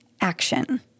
action